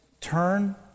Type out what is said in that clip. turn